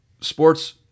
sports